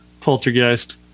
Poltergeist